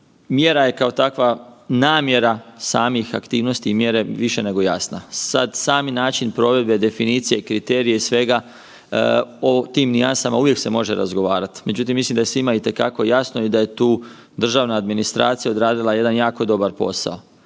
Mjera je kao takva namjera samih aktivnosti i mjere više nego jasna. Sad sami način provedbe, definicije i kriterije i svega o tim nijansama uvijek se može razgovarat. Međutim, mislim da je svima itekako jasno i da je tu državna administracija odradila jedan jako dobar posao,